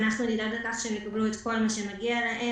אנחנו נדאג לכך שהם יקבלו את כל מה שמגיע להם.